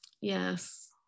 Yes